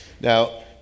Now